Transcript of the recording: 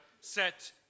set